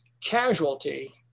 casualty